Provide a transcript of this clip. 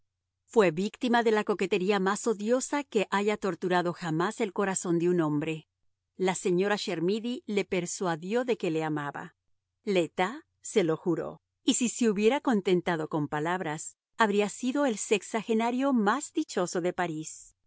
fue víctima de la coquetería más odiosa que haya torturado jamás el corazón de un hombre la señora chermidy le persuadió de que le amaba le tas se lo juró y si se hubiera contentado con palabras habría sido el sexagenario más dichoso de parís